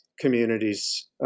communities